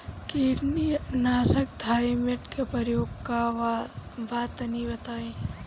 कीटनाशक थाइमेट के प्रयोग का बा तनि बताई?